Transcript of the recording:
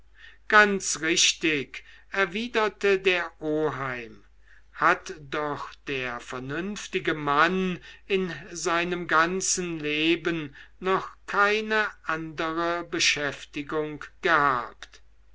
ganz richtig erwiderte der oheim hat doch der vernünftige mann in seinem ganzen leben noch keine andere beschäftigung gehabt